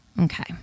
Okay